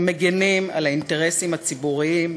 הם מגינים על האינטרסים הציבוריים,